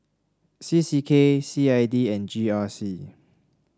C C K C I D and G R C